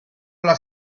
alla